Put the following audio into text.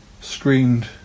screened